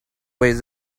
with